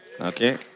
Okay